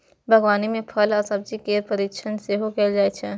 बागवानी मे फल आ सब्जी केर परीरक्षण सेहो कैल जाइ छै